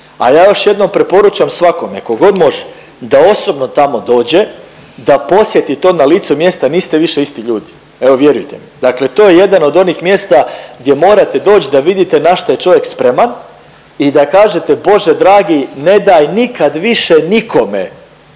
A ja još jednom preporučam svakome kogod može da osobno tamo dođe, da posjeti to na licu mjesta i niste više isti ljudi, evo vjerujte mi. Dakle, to je jedan od onih mjesta gdje morate doć da vidite na šta je čovjek spreman i da kažete Bože dragi ne daj nikad više nikome